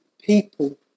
people